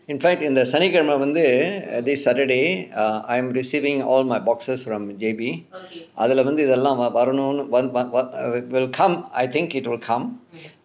in fact இந்த சனிக்கிழமை வந்து:intha sanikkilamai vanthu uh this saturday err I'm receiving all my boxes from J_B அதுல வந்து இதெல்லாம் வரனும்ன்னு:athula vanthu ithellaam varanumnnu va~ va~ va~ will come I think it will come